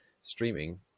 streaming